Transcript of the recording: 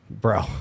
Bro